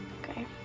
ok.